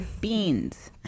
beans